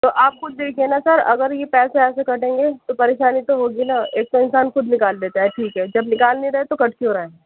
تو آپ خود دیکھیے نا سر اگر یہ پیسے ایسے کٹیں گے تو پریشانی تو ہوگی نا ایک تو انسان خود نکال لیتا ہے ٹھیک ہے جب نکال نہیں رہے تو کٹ کیوں رہا ہے